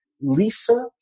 Lisa